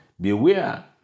beware